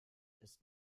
ist